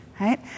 Right